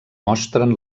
mostren